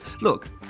Look